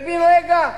ובן-רגע,